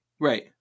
right